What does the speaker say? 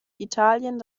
italien